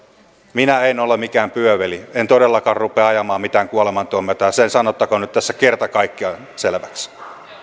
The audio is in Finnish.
minä en ole ole mikään pyöveli en todellakaan rupea ajamaan mitään kuolemantuomiota ja se sanottakoon nyt tässä kerta kaikkiaan selväksi